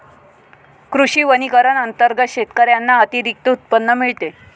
कृषी वनीकरण अंतर्गत शेतकऱ्यांना अतिरिक्त उत्पन्न मिळते